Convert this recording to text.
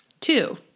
Two